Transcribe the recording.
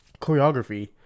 choreography